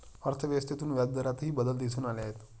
अर्थव्यवस्थेतून व्याजदरातही बदल दिसून आले आहेत